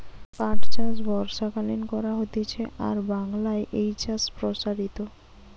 পাট চাষ বর্ষাকালীন করা হতিছে আর বাংলায় এই চাষ প্সারিত